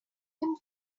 him